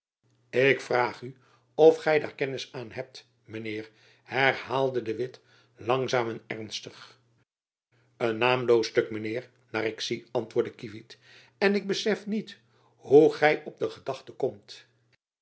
ik vraag u of gy daar kennis aan hebt mijn heer herbaalde de witt langzaam en ernstig een naamloos stuk mijn heer naar ik zie antwoordde kievit en ik besef niet hoe gy op de gedachte komt